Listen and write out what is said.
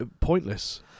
pointless